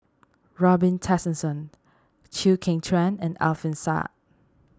Robin Tessensohn Chew Kheng Chuan and Alfian Sa'At